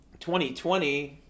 2020